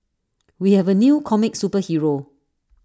we have A new comic superhero